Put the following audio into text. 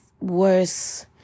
worse